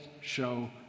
show